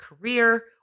career